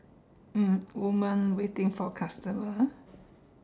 mm woman waiting for customer ah